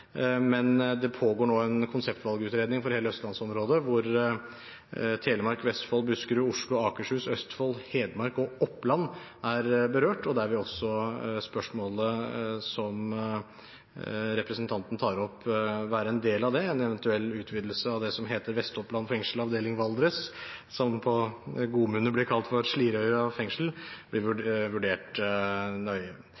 men det pågår nå en konseptvalgutredning for hele østlandsområdet, hvor Telemark, Vestfold, Buskerud, Oslo, Akershus, Østfold, Hedmark og Oppland er berørt. Spørsmålet som representanten tar opp, vil være en del av det, og en eventuell utvidelse av det som heter Vestoppland fengsel, avdeling Valdres, som på folkemunne blir kalt for Slidreøya fengsel, vil bli vurdert